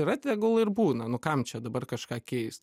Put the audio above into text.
yra tegul ir būna nu kam čia dabar kažką keist